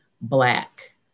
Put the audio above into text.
black